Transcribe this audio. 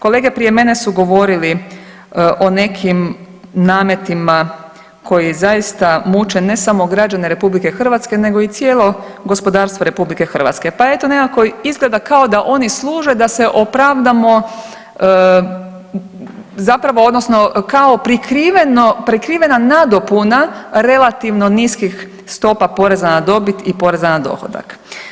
Kolege prije mene su govorili o nekim nametima koji zaista muče ne samo građane RH nego i cijelo gospodarstvo RH, pa eto nekako izgleda kao da oni služe da se opravdamo zapravo odnosno kao prikriveno, prekrivena nadopuna relativno niskih stopa poreza na dobit i poreza na dohodak.